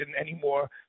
anymore